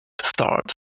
start